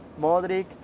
Modric